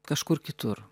kažkur kitur